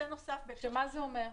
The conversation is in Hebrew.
מה זה אומר?